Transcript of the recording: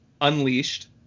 Unleashed